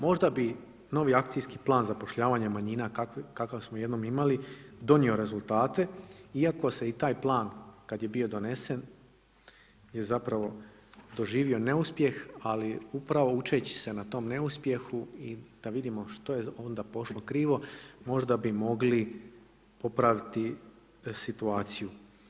Možda bi novi akcijski plan zapošljavanja manjina, kakav smo jednom imali, donio rezultate, iako se i taj plan kad je bio donesen je zapravo doživio neuspjeh, ali upravo učeći se na tom neuspjehu i da vidimo što je onda pošlo krivo, možda bi mogli popraviti situaciju.